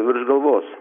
virš galvos